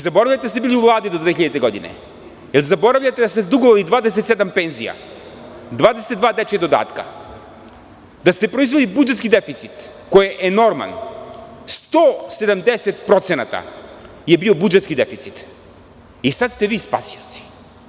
Zaboravljate da ste bili u Vladi do 2000. godine, da li zaboravljate da ste dugovali 27 penzija, 22 dečija dodatka, da ste proizveli budžetski deficit koji je enorman, 170% je bio budžetski deficit, i sad ste vi spasioci?